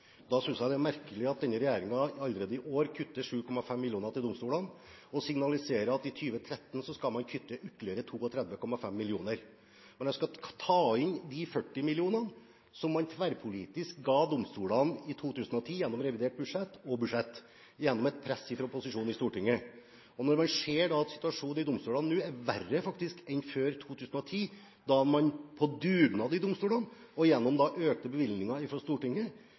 Da synes jeg det er merkelig at denne regjeringen allerede i år kutter 7,5 mill. kr til domstolene og signaliserer at man i 2013 skal kutte ytterligere 32,5 mill. kr. Man skal ta inn de 40 mill. kr som man tverrpolitisk, gjennom et press fra opposisjonen i Stortinget, ga domstolene i 2010 gjennom revidert budsjett og budsjett. Man ser at situasjonen i domstolene nå faktisk er verre enn før 2010, da man på dugnad i domstolene og gjennom økte bevilgninger fra Stortinget